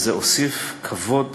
וזה הוסיף כבוד